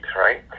right